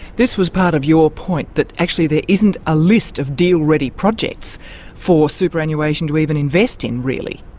this was part of your point that actually there isn't a list of deal-ready projects for superannuation to even invest in, really.